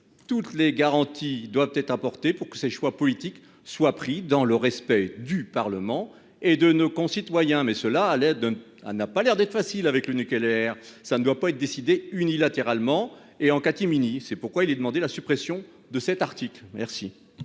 Toutes les garanties doivent être apportées pour que les décisions politiques soient prises dans le respect du Parlement et de nos concitoyens, ce qui n'a pas l'air d'être facile quand il s'agit du nucléaire ... Tout cela ne doit pas être décidé unilatéralement et en catimini. C'est pourquoi nous demandons la suppression de cet article. La